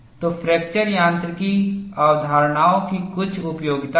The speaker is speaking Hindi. तो फ्रैक्चर यांत्रिकी अवधारणाओं की कुछ उपयोगिता है